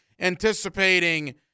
anticipating